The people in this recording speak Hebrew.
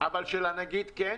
אבל של הנגיד כן?